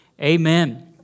Amen